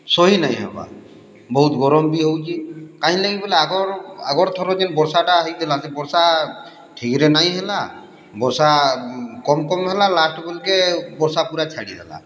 ସହି ନାଇଁ ହେବାର୍ ବହୁତ୍ ଗରମ୍ ବି ହଉଛେ କାଇଁ ଲାଗି ବେଲେ ଆଗର୍ ଆଗର୍ ଥର ଯେନ୍ ବର୍ଷାଟା ହେଇଥିଲା ସେ ବର୍ଷା ଠିକ୍ରେ ନାଇଁ ହେଲା ବର୍ଷା କମ୍ କମ୍ ହେଲା ଲାଷ୍ଟ୍ ବେଲ୍କେ ବର୍ଷା ପୁରା ଛାଡ଼ିଗଲା